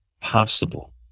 possible